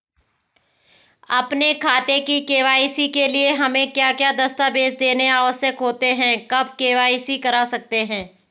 अपने खाते की के.वाई.सी के लिए हमें क्या क्या दस्तावेज़ देने आवश्यक होते हैं कब के.वाई.सी करा सकते हैं?